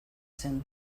zen